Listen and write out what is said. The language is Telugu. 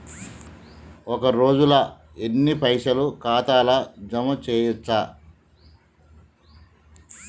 ఒక రోజుల ఎన్ని పైసల్ ఖాతా ల జమ చేయచ్చు?